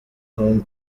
home